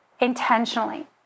intentionally